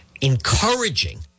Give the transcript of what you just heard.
encouraging